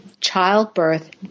childbirth